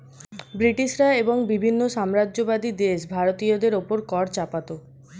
ব্রিটিশরা এবং বিভিন্ন সাম্রাজ্যবাদী দেশ ভারতীয়দের উপর কর চাপাতো